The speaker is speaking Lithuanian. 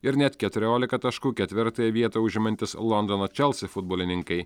ir net keturiolika taškų ketvirtąją vietą užimantys londono chelsea futbolininkai